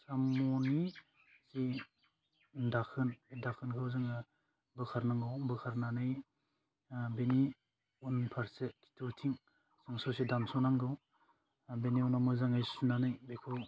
साम'नि जे दाखोन बे दाखोनखौ जोङो बोखारनांगौ बोखारनानै ओह बेनि उन फारसे खिथुथिं ससे दानस' नांगौ आह बेनि उनाव मोजाङै सुनानै बेखौ